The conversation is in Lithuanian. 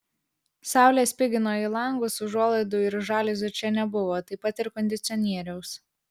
saulė spigino į langus užuolaidų ir žaliuzių čia nebuvo taip pat ir kondicionieriaus